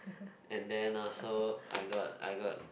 and then also I got I got